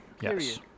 Yes